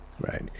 right